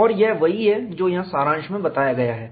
और यह वही है जो यहाँ सारांश में बताया गया है